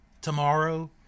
tomorrow